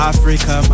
Africa